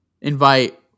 invite